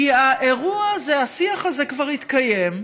כי האירוע הזה, השיח הזה כבר התקיים,